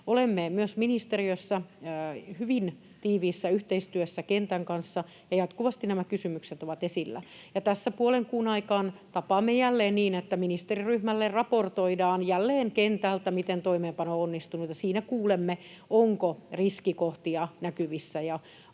Olemme myös ministeriössä hyvin tiiviissä yhteistyössä kentän kanssa, ja jatkuvasti nämä kysymykset ovat esillä. Tässä puolen kuun aikaan tapaamme jälleen niin, että ministeriryhmälle raportoidaan jälleen kentältä, miten toimeenpano on onnistunut, ja siinä kuulemme, onko riskikohtia näkyvissä.